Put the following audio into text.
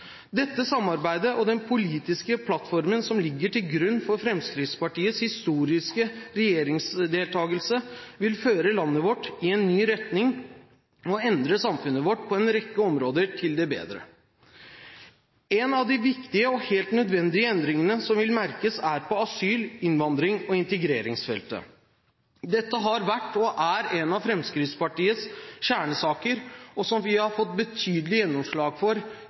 Dette samarbeidet og den politiske plattformen som ligger til grunn for Fremskrittspartiets historiske regjeringsdeltakelse, vil føre landet vårt i en ny retning og endre samfunnet vårt til det bedre på en rekke områder. En av de viktige og helt nødvendige endringene som vil merkes, er på asyl-, innvandrings- og integreringsfeltet. Dette har vært og er en av Fremskrittspartiets kjernesaker og som vi har fått betydelig gjennomslag for